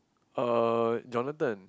uh Jonathan